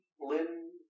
Lynn